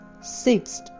Sixth